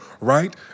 right